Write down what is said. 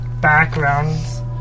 backgrounds